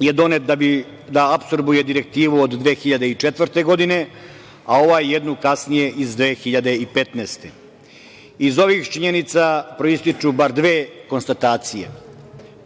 je donet da apsorbuje direktivu od 2004. godine, a ovaj jednu kasnije, iz 2015. godine. Iz ovih činjenica proističu bar dve konstatacije.